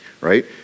right